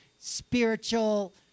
spiritual